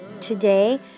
Today